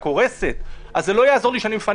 שיש בו שניים,